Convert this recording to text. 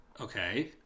Okay